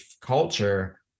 culture